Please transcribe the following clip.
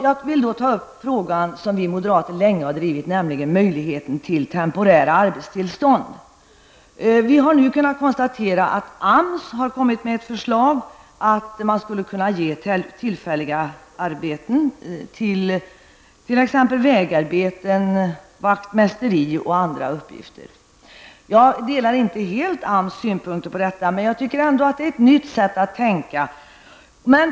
Jag vill särskilt ta upp en fråga som vi moderater länge drivit, nämligen möjligheten till temporärt arbetstillstånd. Vi har nu kunnat konstatera att AMS har kommit med ett förslag om tillfälliga arbeten, t.ex. vägarbeten, vaktmästeri eller andra uppgifter. Jag delar inte helt AMS synpunkter därvidlag, men det är ändå ett nytt sätt att tänka.